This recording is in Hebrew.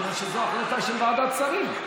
כיוון שזו החלטה של ועדת שרים.